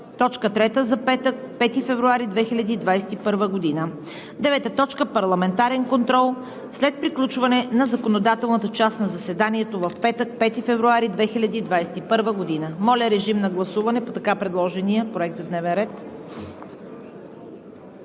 точка трета за петък, 5 февруари 2021 г. 9. Парламентарен контрол – след приключване на законодателната част на заседанието в петък, 5 февруари 2021 г.“ Моля, режим на гласуване по предложения Проект за дневен ред.